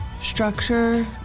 Structure